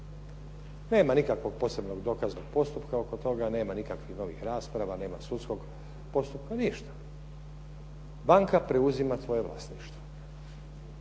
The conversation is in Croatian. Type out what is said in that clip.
Nema nikakvog posebnog dokaznog postupka oko toga, nema nikakvih novih rasprava, nema sudskog postupka. Ništa. Banka preuzima tvoje vlasništvo.